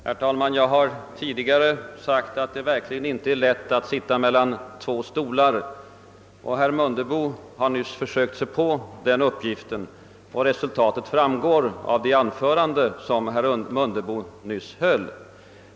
Herr talman! Jag har tidigare sagt att det verkligen inte är lätt att sitta mellan två stolar. Herr Mundebo har nyss försökt sig på den saken. Resultatet framgår av det anförande som herr Mundebo nyss höll.